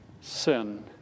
Sin